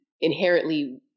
inherently